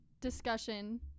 discussion